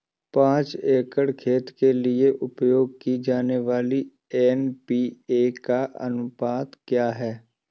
पाँच एकड़ खेत के लिए उपयोग की जाने वाली एन.पी.के का अनुपात क्या है?